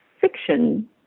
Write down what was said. fiction